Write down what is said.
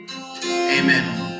Amen